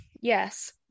yes